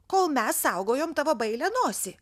kol mes saugojom tavo bailią nosį